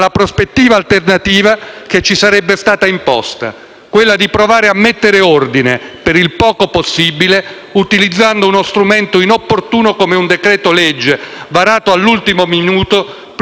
quella di provare a mettere ordine, per il poco possibile, utilizzando uno strumento inopportuno come un decreto-legge varato all'ultimo minuto prima che l'arbitro fischi la fine della partita. Insomma,